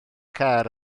car